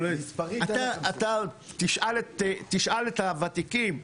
תשאל את הוותיקים.